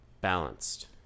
Balanced